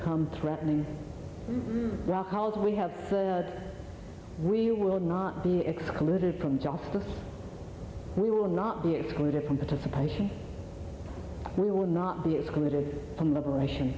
become threatening calls we have we will not be excluded from justice we will not be excluded from participation we will not be excluded from liberation